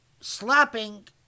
slapping